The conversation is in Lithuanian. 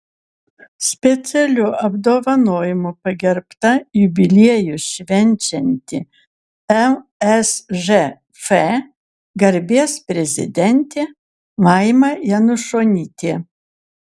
specialiu apdovanojimu pagerbta jubiliejų švenčianti lsžf garbės prezidentė laima janušonytė